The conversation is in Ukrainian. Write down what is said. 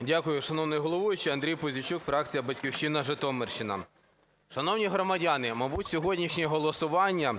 Дякую, шановний головуючий. Андрій Пузійчук, фракція "Батьківщина", Житомирщина. Шановні громадяни, мабуть, сьогоднішнє голосування